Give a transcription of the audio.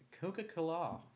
coca-cola